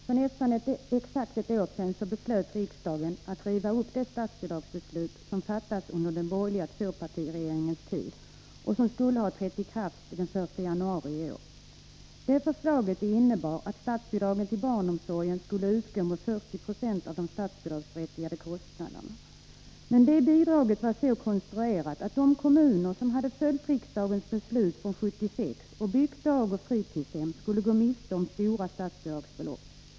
Herr talman! För nästan exakt ett år sedan beslöt riksdagen att riva upp det statsbidragsbeslut som fattats under den borgerliga tvåpartiregeringens tid och som skulle ha trätt i kraft den 1 januari i år. Det förslaget innebar att statsbidraget till barnomsorgen skulle vara 40 96 av de statsbidragsberättigade kostnaderna. Det bidraget var så konstruerat att de kommuner som hade följt riksdagens beslut från 1976 och byggt dagoch fritidshem skulle gå miste om stora statsbidragsbelopp.